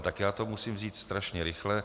Tak já to musím vzít strašně rychle.